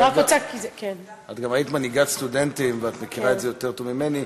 כי את גם היית מנהיגת סטודנטים ואת מכירה את זה יותר טוב ממני,